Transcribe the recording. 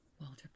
Walter